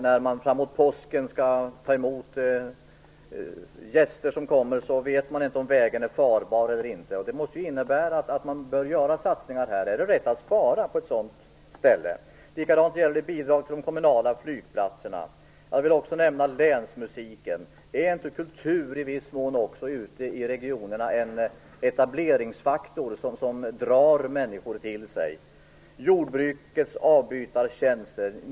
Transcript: När man framåt påsken skall ta emot gäster som kommer vet man inte om vägen är farbar eller inte. Det måste ju innebära att man bör göra satsningar här. Är det rätt att spara på ett sådant ställe? Detsamma gäller bidrag till de kommunala flygplatserna. Jag vill också nämna länsmusiken. Är inte kulturen ute i regionerna i viss mån också en etableringsfaktor som drar människor till sig? Sedan har vi jordbrukets avbytartjänster.